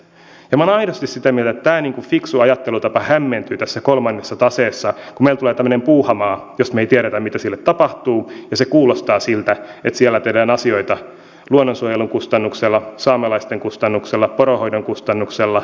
minä olen aidosti sitä mieltä että tämä fiksu ajattelutapa hämmentyy tässä kolmannessa taseessa kun meille tulee tämmöinen puuhamaa josta me emme tiedä mitä sille tapahtuu ja se kuulostaa siltä että siellä tehdään asioita luonnonsuojelun kustannuksella saamelaisten kustannuksella poronhoidon kustannuksella